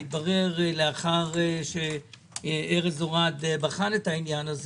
והתברר לאחר שארז אורעד בחן את העניין,